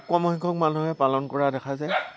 খুব কম সংখ্যক মানুহে পালন কৰা দেখা যায়